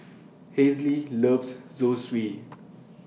Hazle loves Zosui